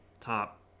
top